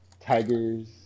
tigers